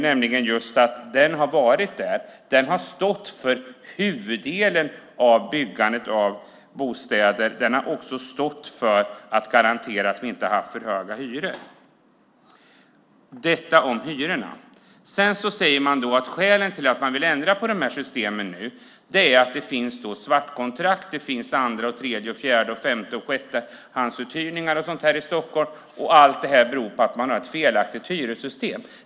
Allmännyttan har nämligen stått för huvuddelen av byggandet av bostäder. Den har också garanterat att vi inte har haft för höga hyror - detta sagt om hyrorna. Man säger att skälen till att man nu vill ändra på det här systemet är att det finns svartkontrakt och andra-, tredje-, fjärde-, femte och sjättehandsuthyrningar i Stockholm och att allt beror på ett felaktigt hyressystem.